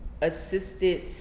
assisted